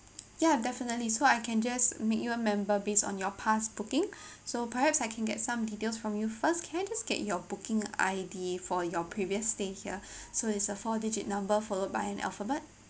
ya definitely so I can just make you a member based on your past booking so perhaps I can get some details from you first can I just get your booking I_D for your previous stay here so it's a four digit number followed by an alphabet